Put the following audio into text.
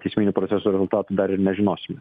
teisminių procesų rezultatų dar ir žinosime